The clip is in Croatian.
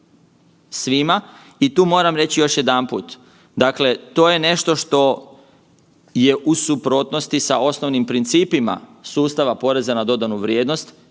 svima. I tu moram reći još jedanput, dakle to je nešto što je u suprotnosti sa osnovnim principima sustava poreza na dodanu vrijednost